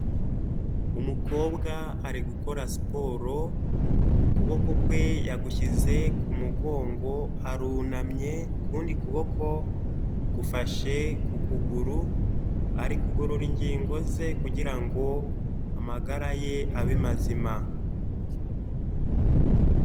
Umukobwa ari gukora siporo ukuboko kwe yagushyize ku mugongo arunamye, ukundi kuboko gufashe ku kuguru ari kugorora ingingo ze kugira ngo amagara ye abe mazima.